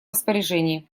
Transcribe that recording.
распоряжении